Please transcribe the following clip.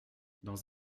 dans